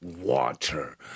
water